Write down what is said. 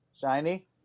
shiny